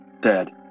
Dead